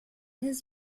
his